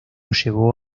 llevó